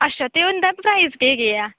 अच्छा ते ओह् उंदा प्राईस केह् केह् ऐ